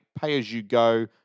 pay-as-you-go